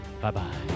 Bye-bye